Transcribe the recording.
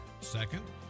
Second